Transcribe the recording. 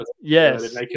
Yes